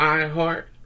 iHeart